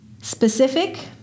Specific